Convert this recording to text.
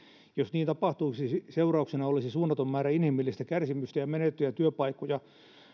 jos niin tapahtuisi seurauksena olisi suunnaton määrä inhimillistä kärsimystä ja menetettyjä työpaikkoja